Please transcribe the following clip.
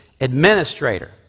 administrator